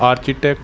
architect